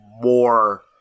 More